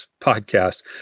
podcast